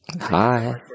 Hi